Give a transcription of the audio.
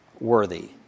worthy